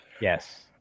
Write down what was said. Yes